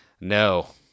no